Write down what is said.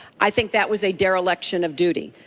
i think that was a dereliction of duty.